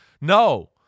no